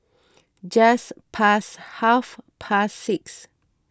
just past half past six